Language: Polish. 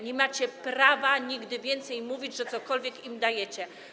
Nie macie prawa nigdy więcej mówić, że cokolwiek im dajecie.